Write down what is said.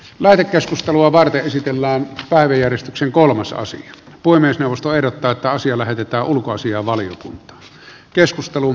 lähetekeskustelua varten esitellään värieristyksen kolmasosa puhemiesneuvosto ehdottaa että asia lähetetään ulkoasiainvaliokuntaan